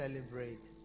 Celebrate